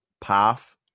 path